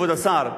כבוד השר,